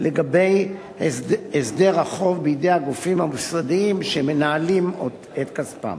לגבי הסדר החוב בידי הגופים המוסדיים שמנהלים את כספם.